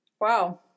Wow